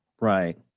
Right